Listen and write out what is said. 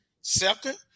second